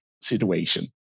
situation